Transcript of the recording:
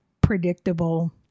predictable